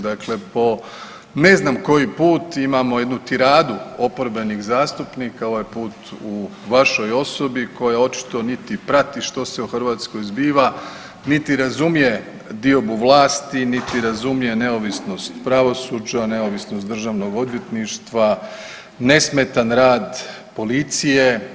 Dakle po ne znam koji put imamo jednu tiradu oporbenih zastupnika, ovaj put u vašoj osobi koja očito niti prati što se u Hrvatskoj zbiva, niti razumije diobu vlasti, niti razumije neovisnost pravosuđa, neovisnost Državnog odvjetništva, nesmetan rad policije.